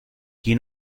qui